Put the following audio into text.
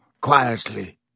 quietly